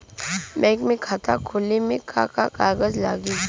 Bank में खाता खोले मे का का कागज लागी?